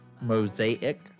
Mosaic